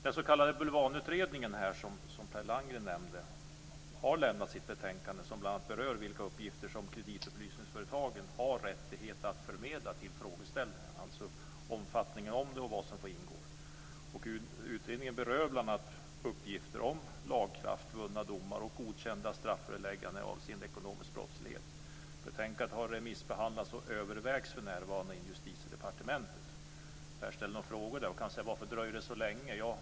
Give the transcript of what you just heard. Den s.k. Bulvanutredningen, som Per Landgren nämnde, har lämnat sitt betänkande som bl.a. berör vilka uppgifter som kreditupplysningsföretagen har rättighet att förmedla till frågeställaren, alltså omfattningen och vad som får ingå. Utredningen berör bl.a. Betänkandet har remissbehandlats och övervägs för närvarande inom Justitiedepartementet. Det har här ställts frågor om varför det dröjer så länge.